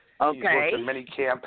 Okay